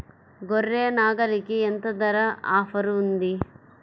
గొర్రె, నాగలికి ఎంత ధర ఆఫర్ ఉంది?